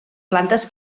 plantes